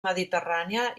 mediterrània